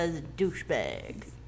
douchebag